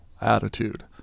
attitude